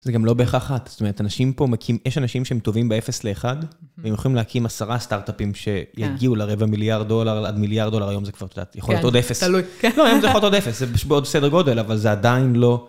זה גם לא בהכרח את, זאת אומרת, אנשים פה, יש אנשים שהם טובים ב-0 ל-1, והם יכולים להקים עשרה סטארט-אפים שיגיעו לרבע מיליארד דולר, עד מיליארד דולר היום זה כבר, את יודעת, יכול להיות עוד אפס. תלוי. לא, היום זה יכול להיות עוד אפס, זה בעוד סדר גודל, אבל זה עדיין לא...